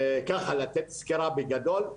ככה לתת סקירה בגדול,